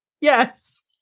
Yes